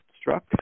struck